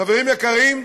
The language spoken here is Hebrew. חברים יקרים,